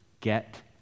get